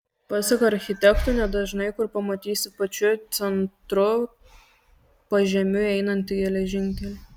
pasak architekto nedažnai kur pamatysi pačiu centru pažemiui einantį geležinkelį